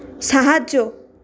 সাহায্য